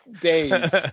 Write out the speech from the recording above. days